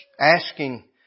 asking